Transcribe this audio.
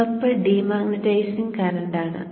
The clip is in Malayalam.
ചുവപ്പ് ഡീമാഗ്നെറ്റൈസിംഗ് കറന്റാണ്